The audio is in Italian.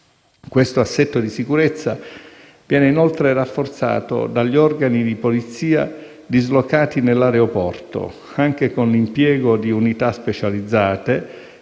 Questo assetto di sicurezza viene inoltre rafforzato dagli organi di polizia dislocati nell'aeroporto, anche con l'impiego di unità specializzate